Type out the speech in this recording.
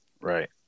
Right